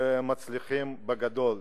ומצליחים בגדול.